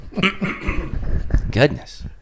Goodness